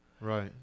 Right